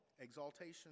Exaltation